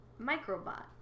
Microbot